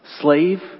slave